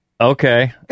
Okay